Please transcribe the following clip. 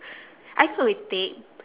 I thought we take